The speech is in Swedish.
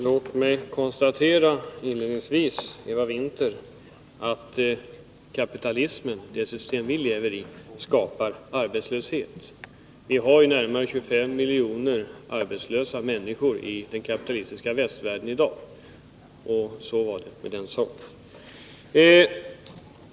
Herr talman! Låt mig inledningsvis konstatera, Eva Winther, att kapitalismen — det system vi lever i — skapar arbetslöshet. Vi har närmare 25 miljoner människor arbetslösa i den kapitalistiska västvärlden i dag. Så är det med den saken.